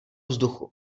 vzduchu